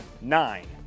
nine